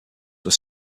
were